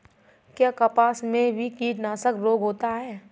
क्या कपास में भी कीटनाशक रोग होता है?